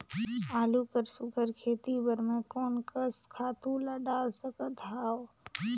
आलू कर सुघ्घर खेती बर मैं कोन कस खातु ला डाल सकत हाव?